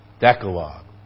Decalogue